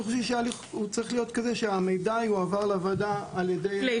שההליך צריך להיות כזה שהמידע יועבר לוועדה על ידי הביטוח הלאומי.